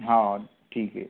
हो ठीक आहे